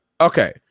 okay